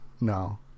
No